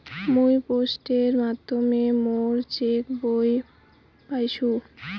মুই পোস্টের মাধ্যমে মোর চেক বই পাইসু